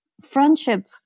friendship